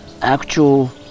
actual